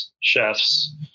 Chefs